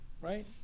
right